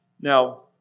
Now